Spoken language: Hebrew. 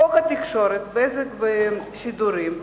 חוק התקשורת (בזק ושידורים),